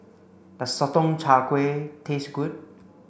does Sotong Char Kway taste good